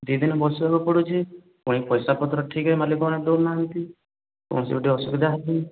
ଦୁଇ ଦିନ ବସିବାକୁ ପଡ଼ୁଛି ପୁଣି ପଇସା ପତ୍ର ଠିକରେ ମାଲିକମାନେ ଦେଉନାହାନ୍ତି କୌଣସି ଗୋଟିଏ ଅସୁବିଧା ହେଉଛି